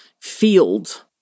field